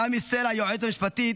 תמי סלע היועצת המשפטית,